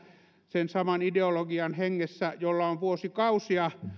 sen saman ideologian hengessä jolla on vuosikausia